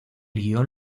guion